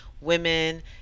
women